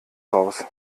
raus